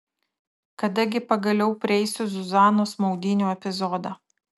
kada gi pagaliau prieisiu zuzanos maudynių epizodą